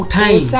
time